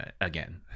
again